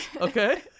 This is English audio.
okay